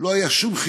לא היה שום חיכוך,